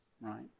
right